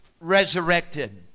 resurrected